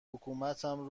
حکومتم